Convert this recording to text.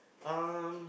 um